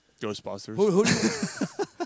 Ghostbusters